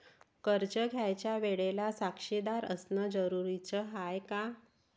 कर्ज घ्यायच्या वेळेले साक्षीदार असनं जरुरीच हाय का?